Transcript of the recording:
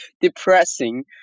depressing